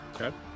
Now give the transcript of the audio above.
Okay